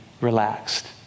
relaxed